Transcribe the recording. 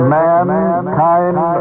mankind